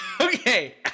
Okay